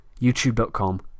youtube.com